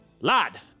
lad